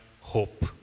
hope